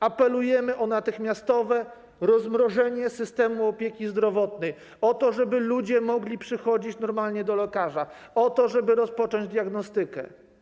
Apelujemy o natychmiastowe rozmrożenie systemu opieki zdrowotnej, o to, żeby ludzie mogli normalnie przychodzić do lekarza, o to, żeby rozpocząć diagnostykę.